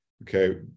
okay